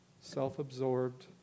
self-absorbed